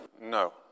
No